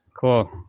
Cool